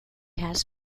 has